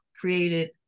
created